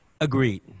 Agreed